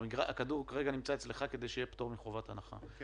הכדור נמצא כרגע אצלך כדי שיהיה פטור מחובת הנחה.